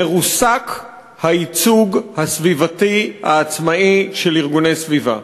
מרוסק הייצוג הסביבתי העצמאי של ארגוני סביבה.